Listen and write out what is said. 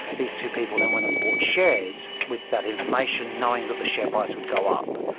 these two people then went and bought shares with that information, knowing that the share price would go up.